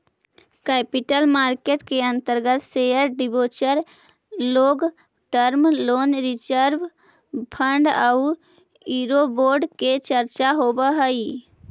capital market के अंतर्गत share debenture long term loan reserve fund औउर यूरोबोंड के चर्चा होवऽ हई